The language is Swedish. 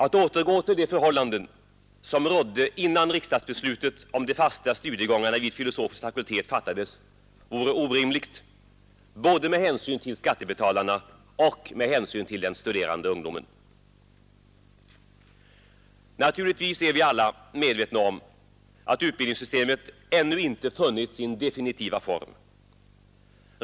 Att återgå till de förhållanden som rådde innan riksdagsbeslutet om de fasta studiegångarna vid filosofisk fakultet fattades vore orimligt med hänsyn till både skattebetalarna och den studerande ungdomen. Naturligtvis är vi alla medvetna om att utbildningssystemet ännu inte funnit sin definitiva form.